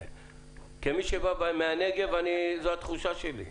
כמי שבא מהנגב, זאת התחושה שלי.